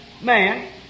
man